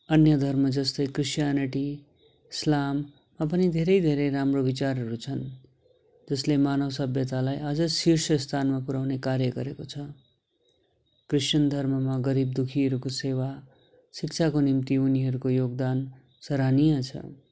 अन्य धर्म जस्तै क्रिस्टियनिटी इस्लाममा पनि धेरै धेरै राम्रो विचारहरू छन् जसले मानव सभ्यतालाई आज शीर्ष स्थानमा पुऱ्याउने कार्य गरेको छ क्रिस्टियन धर्ममा गरिब दुःखीहरूको सेवा शिक्षाको निम्ति उनीहरूको योगदान सराहनीय छ